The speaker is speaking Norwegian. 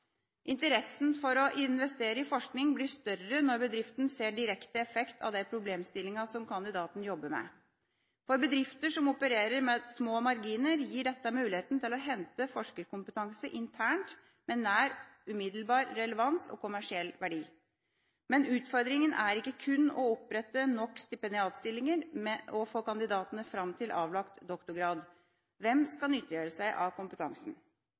Interessen for å investere i forskning blir større når bedriften ser direkte effekten av de problemstillinger som kandidaten jobber med. For bedrifter som opererer med små marginer, gir dette mulighet til å hente forskerkompetanse internt med nær umiddelbar relevans og kommersiell verdi. Utfordringa er ikke kun å opprette nok stipendiatstillinger og få kandidatene fram til avlagt doktorgrad, men hvem som skal gjøre seg nytte av seg denne kompetansen.